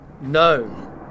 no